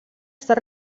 estat